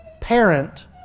parent